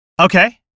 Okay